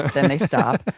then they stop,